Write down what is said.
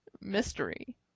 mystery